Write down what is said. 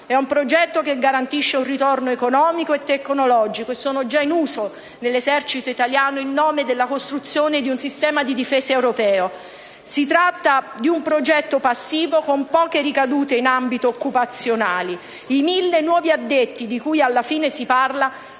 è un progetto che garantisce un ritorno economico e tecnologico e sono già in uso nell'esercito italiano in nome della costruzione di un sistema di difesa europeo. Si tratta di un progetto passivo con poche ricadute in ambito occupazionale. I mille nuovi addetti di cui alla fine si parla